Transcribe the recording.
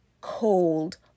cold